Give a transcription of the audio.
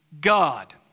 God